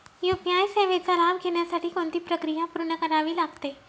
UPI सेवेचा लाभ घेण्यासाठी कोणती प्रक्रिया पूर्ण करावी लागते?